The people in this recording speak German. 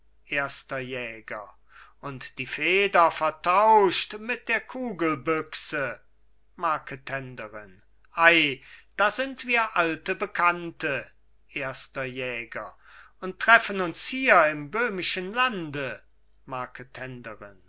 erster jäger und die feder vertauscht mit der kugelbüchse marketenderin ei da sind wir alte bekannte erster jäger und treffen uns hier im böhmischen lande